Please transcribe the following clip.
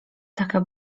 taka